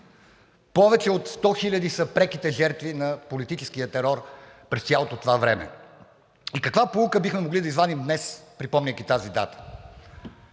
Повече от 100 хиляди са преките жертви на политическия терор през цялото това време. И каква поука бихме могли да извадим днес, припомняйки тази дата?